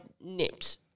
nipped